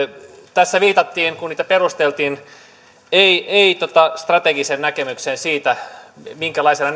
tässä viitattiin kun niitä perusteltiin ei ei strategiseen näkemykseen siitä minkälaisena